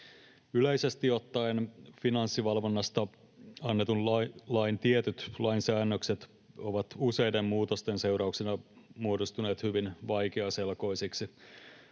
Yleisesti ottaen Finanssivalvonnasta annetun lain tietyt lain säännökset ovat useiden muutosten seurauksena muodostuneet hyvin vaikeaselkoisiksi.